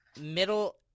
middle